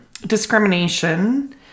Discrimination